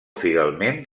fidelment